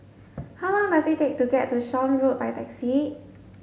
how long does it take to get to Shan Road by taxi